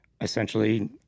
essentially